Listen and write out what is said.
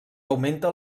augmenta